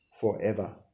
forever